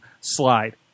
slide